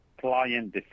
client